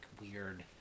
weird